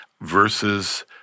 versus